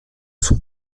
son